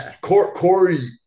Corey